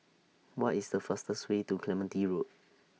What IS The fastest Way to Clementi Road